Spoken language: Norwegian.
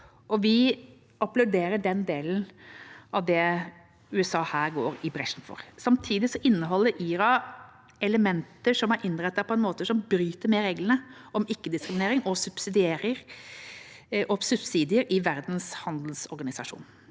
vi applauderer den delen av det USA her går i bresjen for. Samtidig inneholder IRA elementer som er innrettet på en måte som bryter med reglene om ikke-diskriminering og subsidier i Verdens handelsorganisasjon.